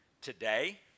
today